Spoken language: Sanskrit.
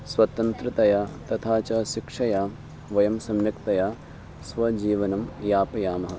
स्वतन्त्रतया तथा च शिक्षया वयं सम्यक्तया स्वजीवनं यापयामः